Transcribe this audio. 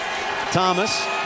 Thomas